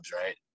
right